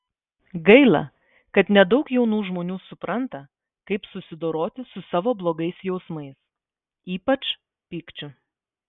gaila kad nedaug jaunų žmonių supranta kaip susidoroti su savo blogais jausmais ypač pykčiu